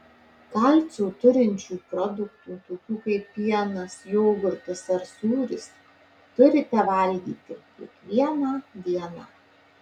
kalcio turinčių produktų tokių kaip pienas jogurtas ar sūris turite valgyti kiekvieną dieną